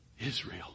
Israel